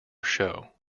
show